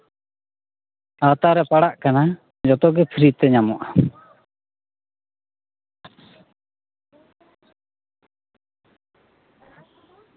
ᱟᱣᱛᱟᱨᱮ ᱯᱟᱲᱟᱜ ᱠᱟᱱᱟ ᱡᱚᱛᱚᱜᱮ ᱯᱷᱨᱤᱛᱮ ᱧᱟᱢᱚᱜᱼᱟ